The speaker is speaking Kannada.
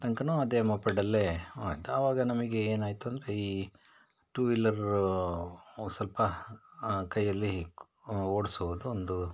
ತನಕನೂ ಅದೇ ಮೊಪೆಡಲ್ಲೇ ಆಯ್ತು ಆವಾಗ ನಮಗೆ ಏನಾಯಿತು ಅಂದರೆ ಈ ಟು ವೀಲರ್ ಸ್ವಲ್ಪ ಕೈಯ್ಯಲ್ಲಿ ಕೊ ಓಡಿಸೋದು ಒಂದು